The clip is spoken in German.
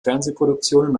fernsehproduktionen